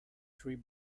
three